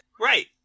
Right